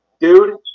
Dude